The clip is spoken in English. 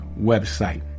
website